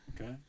Okay